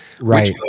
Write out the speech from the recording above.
Right